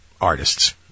artists